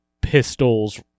pistols